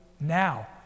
now